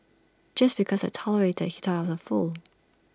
just because I tolerated he thought was A fool